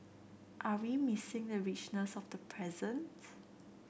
are we missing the richness of the present